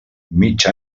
mig